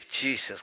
Jesus